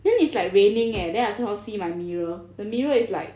then it's like raining eh then I cannot see my mirror the mirror is like